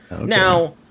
Now